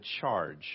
charge